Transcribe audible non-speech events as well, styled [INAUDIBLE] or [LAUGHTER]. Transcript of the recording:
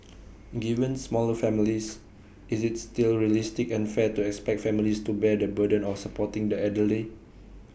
[NOISE] given smaller families is IT still realistic and fair to expect families to bear the burden of supporting the elderly